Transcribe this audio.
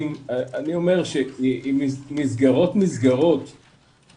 אני פותח את הישיבה של הוועדה המיוחדת לזכויות